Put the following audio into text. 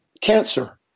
cancer